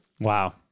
wow